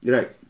Right